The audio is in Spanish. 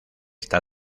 está